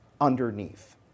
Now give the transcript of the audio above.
underneath